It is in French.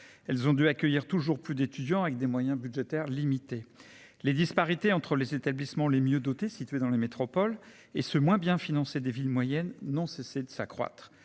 Elles ont dû accueillir toujours plus d'étudiants avec des moyens budgétaires limitées, les disparités entre les établissements, les mieux dotés situé dans les métropoles et ce moins bien financé des villes moyennes n'ont cessé de s'accroître